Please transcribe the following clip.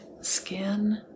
skin